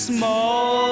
Small